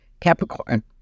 Capricorn